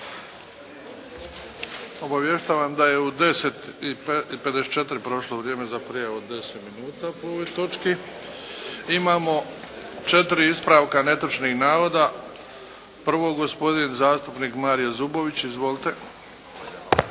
Obavještavam da je u 10 i 54 prošlo vrijeme za prijavu od 10 minuta po ovoj točki. Imamo 4 ispravka netočnih navoda. Prvo, gospodin zastupnik Mario Zubović. Izvolite.